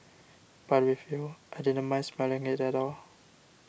but with you I didn't mind smelling it at all